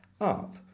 up